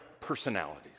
personalities